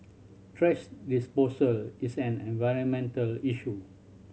thrash disposal is an environmental issue